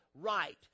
right